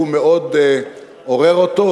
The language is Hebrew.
שהוא מאוד עורר אותו,